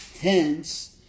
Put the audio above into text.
Hence